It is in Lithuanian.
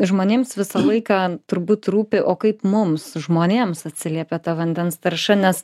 žmonėms visą laiką turbūt rūpi o kaip mums žmonėms atsiliepia ta vandens tarša nes